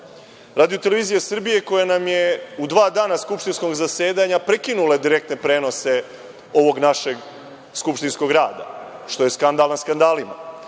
Radio-televizija Srbije koja nam je u dva dana skupštinskog zasedanja prekinula direktne prenose ovog našeg skupštinskog rada, što je skandal nad skandalima.